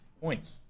points